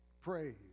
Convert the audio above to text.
Praise